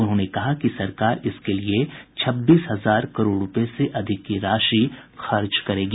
उन्होंने कहा कि सरकार इसके लिए छब्बीस हजार करोड़ रुपये से अधिक की राशि खर्च करेगी